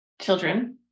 children